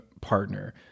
partner